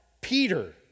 Peter